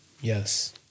Yes